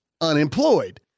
unemployed